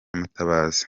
mutabazi